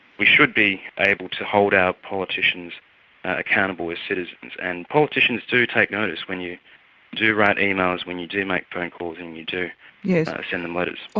we should be able to hold our politicians accountable as citizens and politicians do take notice when you do write emails, when you do make phone calls and you do yeah so send them letters. ah